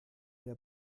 der